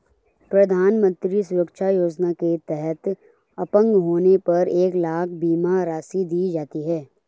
प्रधानमंत्री सुरक्षा योजना के तहत अपंग होने पर एक लाख बीमा राशि दी जाती है